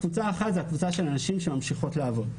קבוצה אחת היא של הנשים שממשיכות לעבוד.